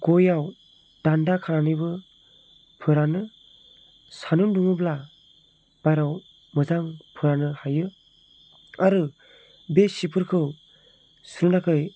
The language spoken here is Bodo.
गयआव दान्दा खानानैबो फोरानो सान्दुं दुङोब्ला बाराव मोजां फोराननो हायो आरो बे सिफोरखौ सुनो थाखाय